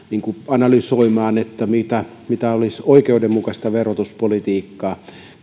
analysoimaan mikä olisi oikeudenmukaista verotuspolitiikkaa kuulimme tässä että ay liikkeen ei